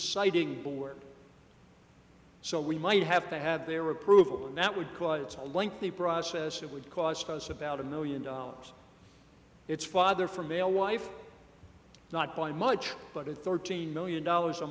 siting board so we might have to have their approval and that would cause a lengthy process it would cost us about a million dollars it's father from alewife not by much but a thirteen million dollars a